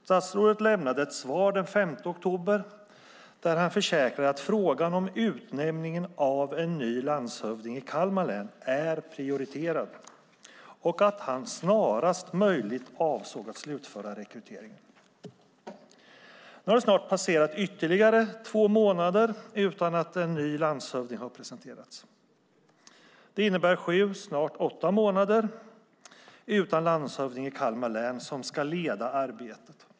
Statsrådet lämnade ett svar den 5 oktober där han försäkrar att frågan om utnämningen av en ny landshövding i Kalmar län är prioriterad och att han snarast möjligt avsåg att slutföra rekryteringen. Nu har ytterligare två månader passerat utan att en ny landshövding har presenterats. Det innebär sju, snart åtta, månader utan landshövding i Kalmar län som ska leda arbetet.